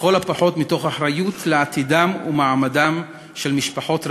לכל הפחות מתוך אחריות לעתידן ומעמדן של משפחות רבות,